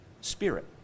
Spirit